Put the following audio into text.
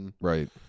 Right